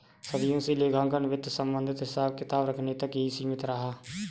सदियों से लेखांकन वित्त संबंधित हिसाब किताब रखने तक ही सीमित रहा